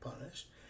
punished